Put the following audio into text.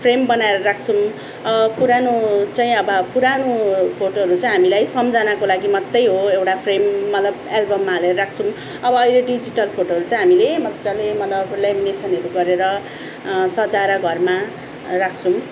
frame बनाएर राख्छुम् पुरानो चाहिँ अब पुरानो फोटोहरू चाहिँ हामीलाई सम्झनाको लागि मात्रै हो एउटा फ्रेम मतलब एल्बममा हालेर राख्छुम् अब अहिले डिजिटल फोटोहरू चाहिँ हामीले मज्जाले मतलब ल्यामिनेसनहरू गरेर सजाएर घरमा राख्छौँ